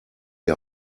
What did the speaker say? die